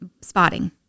spotting